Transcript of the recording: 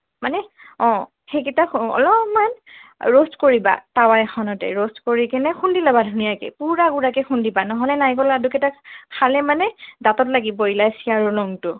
মানে অঁ সেইকেইটা অলপমান ৰোষ্ট কৰিবা তাৱা এখনতে ৰোষ্ট কৰি কেনে খুন্দি ল'বা ধুনীয়াকে পুৰা গুড়াকে খুন্দিবা ন'হলে নাৰিকলৰ লাডুকেইটা খালে মানে দাঁতত লাগিব ইলাইছি আৰু লংটো